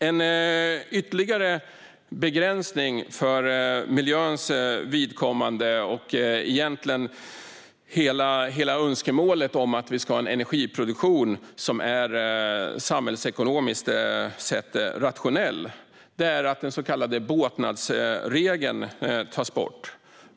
En ytterligare begränsning för miljöns vidkommande - det gäller egentligen hela önskemålet om en energiproduktion som är samhällsekonomiskt rationell - är att den så kallade båtnadsregeln tas bort.